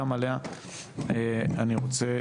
גם עליה אני רוצה